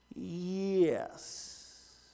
Yes